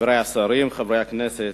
חברי השרים, חברי הכנסת,